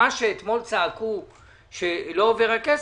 מה שאתמול צעקו שלא עובר הכסף,